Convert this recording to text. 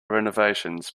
renovations